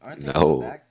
No